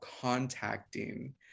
contacting